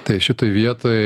tai šitoj vietoj